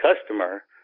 customer